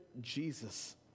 Jesus